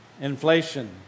Inflation